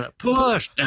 push